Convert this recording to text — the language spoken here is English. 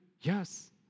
yes